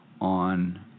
on